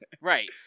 Right